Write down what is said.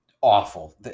awful